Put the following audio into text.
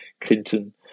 Clinton